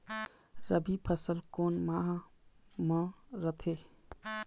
रबी फसल कोन माह म रथे?